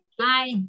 Hi